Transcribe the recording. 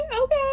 okay